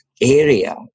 area